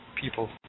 people